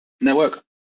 network